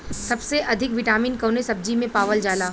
सबसे अधिक विटामिन कवने सब्जी में पावल जाला?